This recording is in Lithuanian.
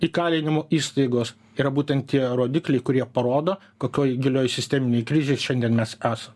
įkalinimo įstaigos yra būtent tie rodikliai kurie parodo kokioj gilioj sisteminėj križėj šiandien mes esam